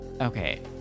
Okay